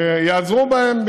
שייעזרו בהן,